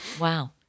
Wow